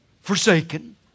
forsaken